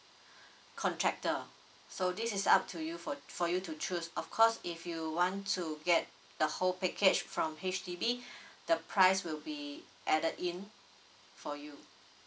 contractor so this is up to you for for you to choose of course if you want to get the whole package from H_D_B the price will be added in for you